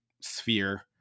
sphere